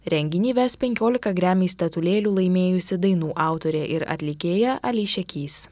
renginį ves penkiolika gremi statulėlių laimėjusi dainų autorė ir atlikėja ališia kys